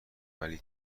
ولی